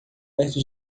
perto